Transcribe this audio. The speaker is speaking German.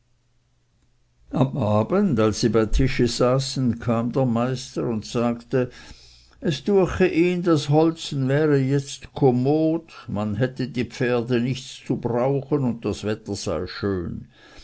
am abend als sie bei tische saßen kam der meister und sagte es düeche ihn das holzen wäre jetzt kommod man hätte die pferde nichts zu brauchen und das wetter sei schön